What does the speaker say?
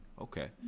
Okay